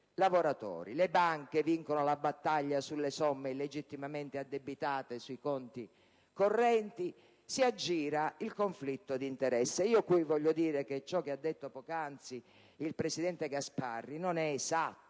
Le banche vincono la battaglia sulle somme illegittimamente addebitate sui conti correnti e si aggira il conflitto di interesse. Io qui voglio dire che quanto detto poc'anzi dal presidente Gasparri non è esatto